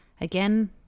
Again